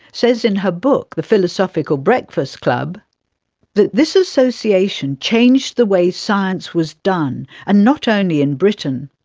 says in her book the philosophical breakfast club that this association changed the way science was done, and not only in britain.